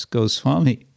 Goswami